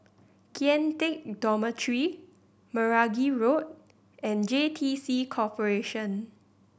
Kian Teck Dormitory Meragi Road and J T C Corporation